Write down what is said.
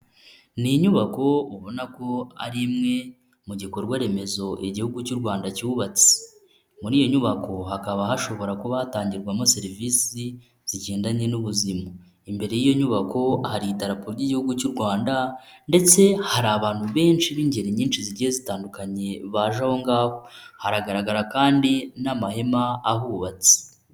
Ni inyubako ubona ko ari imwe mu gikorwa remezo igihugu cy'u Rwanda cyubatse, muri iyo nyubako hakaba hashobora kuba hatangirwamo serivisi zigendanye n'ubuzima, imbere y'iyo nyubako hari idarapo ry'igihugu cy'u Rwanda, ndetse hari abantu benshi b'ingeri nyinshi zigiye zitandukanye baje aho ngaho, haragaragara kandi n'amahema ahubatse.